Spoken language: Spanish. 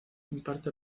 imparte